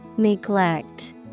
Neglect